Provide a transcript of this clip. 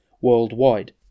worldwide